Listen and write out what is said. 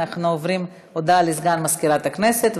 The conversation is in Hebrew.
הודעה לסגן מזכירת הכנסת,